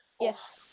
Yes